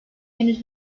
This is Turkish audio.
henüz